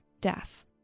death